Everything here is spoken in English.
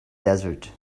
desert